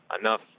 enough